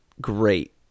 great